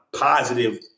positive